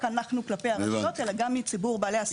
אנחנו כלפי הרשויות אלא גם מציבור בעלי העסקים,